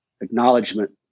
acknowledgement